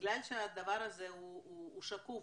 בגלל שהדבר הזה הוא שקוף,